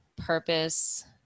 purpose